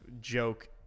joke